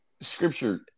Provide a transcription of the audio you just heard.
Scripture